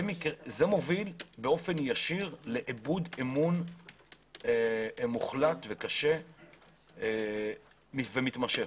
זה מובל ישירות לאיבוד אמון מוחלט וקשה ומתמשך.